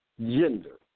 gender